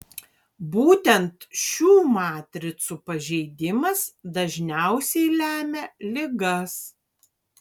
būtent šių matricų pažeidimas dažniausiai lemia ligas